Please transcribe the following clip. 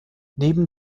neben